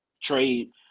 trade